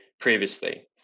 previously